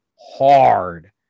hard